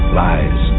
...lies